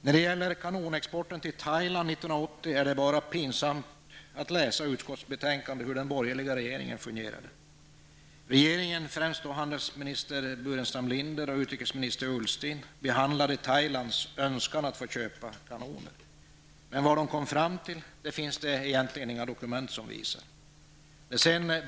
När det gäller exporten till Thailand år 1988 är det pinsamt att läsa i utskottets betänkande hur den borgerliga regeringen fungerade. Regeringen, främst handelsminister Burenstam Linder och utrikesminister Ullsten, behandlade Thailands önskan att få köpa kanoner. Det finns dock egentligen inga dokument som visar vad de kom fram till.